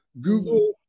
Google